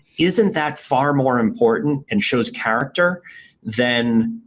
isn't that far more important and shows character than,